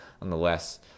Nonetheless